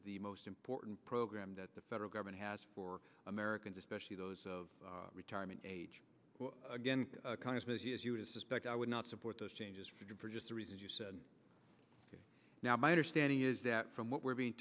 the most important programs that the federal government has for americans especially those of retirement age again suspect i would not support those changes for the reasons you said now my understanding is that from what we're being